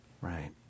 Right